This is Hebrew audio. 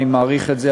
אני מעריך את זה,